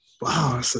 wow